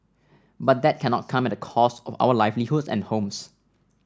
but that cannot come at the cost of our livelihoods and homes